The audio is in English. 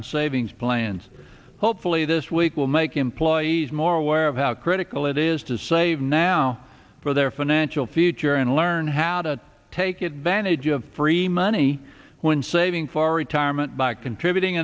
retirement savings plans hopefully this week will make employees more aware of how critical it is to save now for their financial future and learn how to take advantage of free money when saving for retirement by contributing